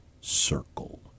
circle